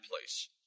place